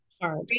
Hard